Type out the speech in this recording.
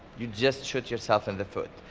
you just shoot yourself in the foot.